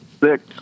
six